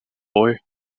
boy